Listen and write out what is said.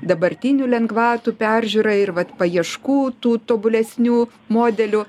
dabartinių lengvatų peržiūrai ir vat paieškų tų tobulesnių modelių